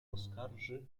poskarży